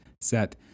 set